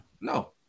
No